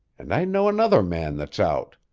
and i know another man that's out.